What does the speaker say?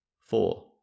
Four